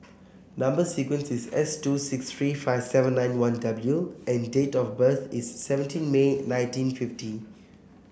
number sequence is S two six three five seven nine one W and date of birth is seventeen May nineteen fifty